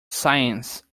science